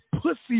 pussy